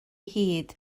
hid